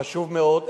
חשוב מאוד.